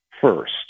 first